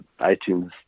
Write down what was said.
iTunes